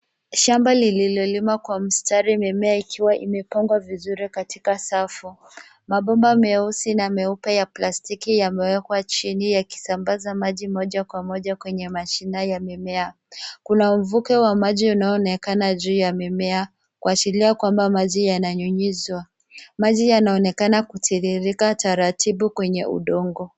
Shamba lililolimwa kwa mistari mimea ikiwa imepandwa vizuri katika safu. Mabomba meupe na meusi ya plastiki yamewekwa chini yakisambaza maji moja kwa moja kwenye mashina ya mimea. Kuna mvuke wa maji unaoonekana juu ya mimea kuashiria kwambamaji yananyunyizwa. Maji yanaonekana kutiririka taratibu kwenye udongo.